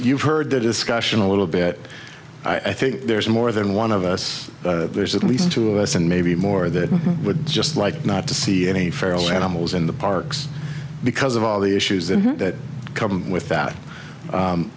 you've heard the discussion a little bit i think there's more than one of us there's at least two of us and maybe more that would just like not to see any feral animals in the parks because of all the issues in here that come with